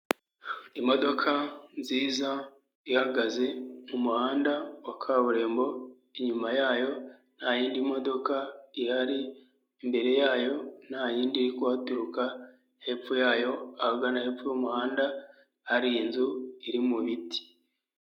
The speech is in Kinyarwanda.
Imodoka nziza ihagaze mu muhanda wa kaburimbo, inyuma yayo nta ydi modoka ihari, imbere yayo ntayinindi iri kuhaturuka, hepfo yayo ahagana hepfo y'umuhanda hari inzu iri mu biti.